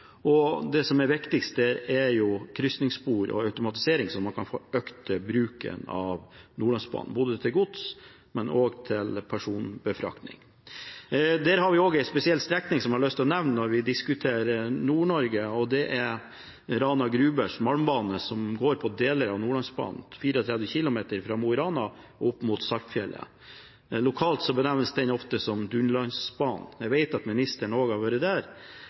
sikt. Det som er viktigst, er krysningsspor og automatisering, slik at man kan få økt bruken av Nordlandsbanen, både til gods- og personbefraktning. Der har vi også en spesiell strekning som jeg har lyst til å nevne når vi diskuterer Nord-Norge, og det er Rana Grubers malmbane, som går på deler av Nordlandsbanen – 34 km fra Mo i Rana og opp mot Saltfjellet. Lokalt benevnes den ofte som Dunderlandsbanen. Jeg vet at ministeren også har vært der.